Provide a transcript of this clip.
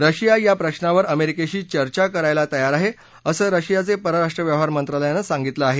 Russia या प्रश्नावर अमेरिकेशी चर्चा करायला तयार आहे असं रशिया परराष्ट्र व्यवहार मंत्रालयानं म्हटलं आहे